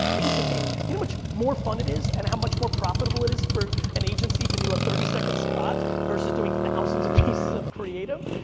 piece of cake. you know how much more fun it is and how much more profitable it is for an agency to do a thirty second spot versus doing thousands of pieces of creative.